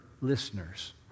listeners